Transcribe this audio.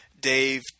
Dave